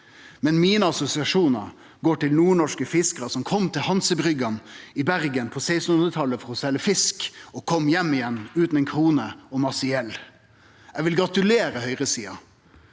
Mine assosiasjonar går til nordnorske fiskarar som kom til hansabryggene i Bergen på 1600-talet for å selje fisk, og kom heim igjen utan ei krone, men med masse gjeld. Eg vil gratulere høgresida